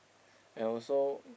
and also